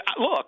look